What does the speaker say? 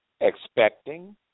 expecting